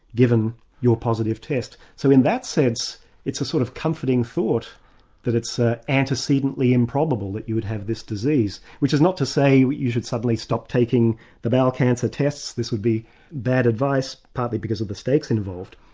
given your positive test. so in that sense, it's a sort of comforting thought that it's ah antecedently improbable that you would have this disease, which is not to say you you should suddenly stop taking the bowel cancer tests, this would be bad advice, partly because of the stakes involved.